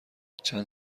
چند